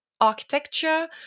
architecture